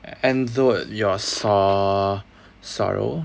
ended your sorr~ sorrow